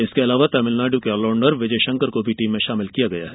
इसके अलावा तमिलनाड् के ऑलराउण्डर विजयशंकर को भी टीम में शामिल किया गया है